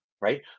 right